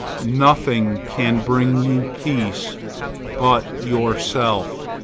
nothing can bring you peace but yourself.